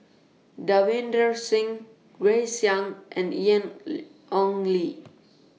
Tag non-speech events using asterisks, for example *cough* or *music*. Davinder Singh Grace Young and Ian *unintelligible* Ong Li